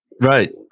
right